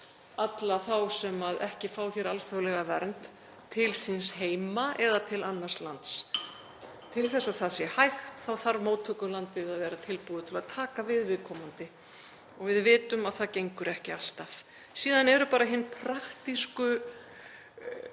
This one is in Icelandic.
alla þá sem ekki fá hér alþjóðlega vernd til síns heima eða til annars lands. Til að það sé hægt þarf móttökulandið að vera tilbúið til að taka við viðkomandi og við vitum að það gengur ekki alltaf. Síðan eru bara hin praktísku rök